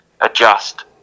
adjust